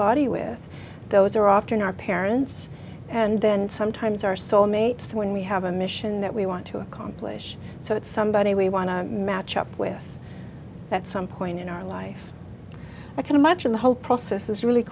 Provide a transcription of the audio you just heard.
body with those are often our parents and then sometimes our soul mates when we have a mission that we want to accomplish so that somebody we want to match up with that some point in our life i can imagine the whole process is really